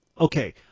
Okay